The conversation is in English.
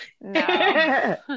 No